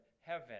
heaven